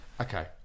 Okay